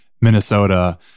Minnesota